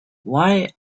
why